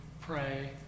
pray